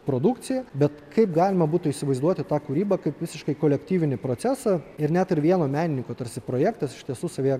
produkcija bet kaip galima būtų įsivaizduoti tą kūrybą kaip visiškai kolektyvinį procesą ir net ir vieno menininko tarsi projektas iš tiesų savyje